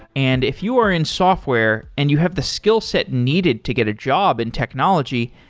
and if you are in software and you have the skill set needed to get a job in technology,